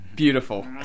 Beautiful